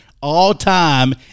all-time